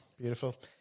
beautiful